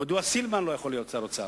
מדוע סילבן לא יכול להיות שר האוצר?